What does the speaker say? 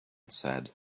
said